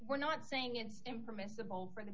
we're not saying it's impermissible for the